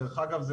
דרך אגב,